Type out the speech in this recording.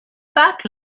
packed